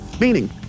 Meaning